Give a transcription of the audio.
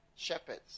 Shepherds